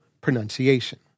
pronunciation